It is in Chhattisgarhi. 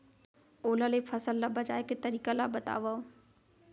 ओला ले फसल ला बचाए के तरीका ला बतावव?